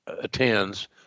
attends